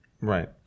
Right